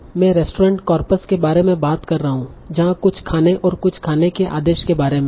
मैं restaurant corpus के बारे में बात कर रहा हूं जहां कुछ खाने और कुछ खाने के आदेश के बारे में है